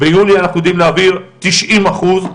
ביולי אנחנו יודעים להעביר תשעים אחוז,